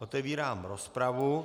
Otevírám rozpravu.